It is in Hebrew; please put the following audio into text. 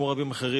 כמו רבים אחרים,